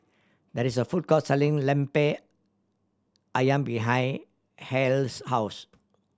there is a food court selling Lemper Ayam behind Hale's house